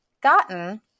gotten